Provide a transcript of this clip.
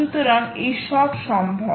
সুতরাং এই সব সম্ভব